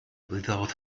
without